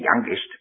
youngest